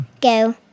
go